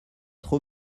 trop